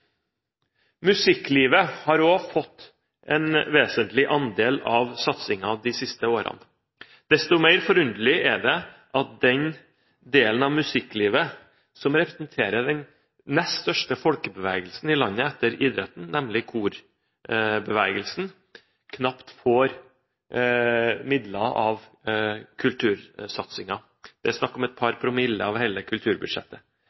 Musikklivet har også fått en vesentlig andel av satsingen de siste årene. Desto mer forunderlig er det at den delen av musikklivet som representerer den nest største folkebevegelsen i landet etter idretten, nemlig korbevegelsen, knapt får midler av kultursatsingen. Det er snakk om et par promille av hele kulturbudsjettet.